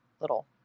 little